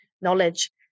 knowledge